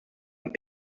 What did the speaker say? and